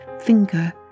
finger